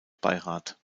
beirat